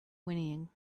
whinnying